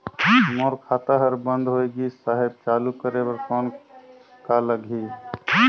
मोर खाता हर बंद होय गिस साहेब चालू करे बार कौन का लगही?